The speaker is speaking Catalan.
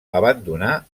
abandonà